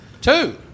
Two